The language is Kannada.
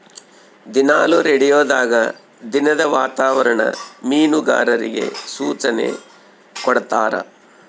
ದಿನಾಲು ರೇಡಿಯೋದಾಗ ದಿನದ ವಾತಾವರಣ ಮೀನುಗಾರರಿಗೆ ಸೂಚನೆ ಕೊಡ್ತಾರ